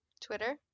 twitter